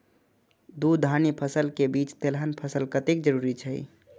दू धान्य फसल के बीच तेलहन फसल कतेक जरूरी छे?